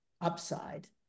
upside